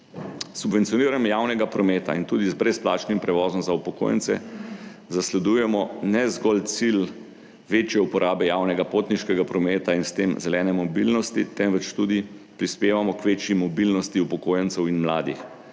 Subvencioniranje javnega prometa in tudi z brezplačnim prevozom za upokojence zasledujemo ne zgolj cilj večje uporabe javnega potniškega prometa in s tem zelene mobilnosti, 11. TRAK: (DAG) – 9.50 (nadaljevanje) temveč tudi prispevamo k večji mobilnosti upokojencev in mladih.